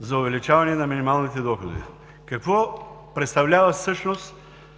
за увеличаване на минималните доходи. Какво представлява всъщност